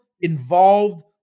involved